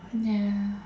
ya